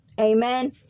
Amen